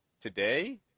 Today